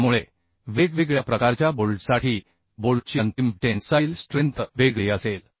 त्यामुळे वेगवेगळ्या प्रकारच्या बोल्टसाठी बोल्टची अंतिम टेन्साईल स्ट्रेंथ वेगळी असेल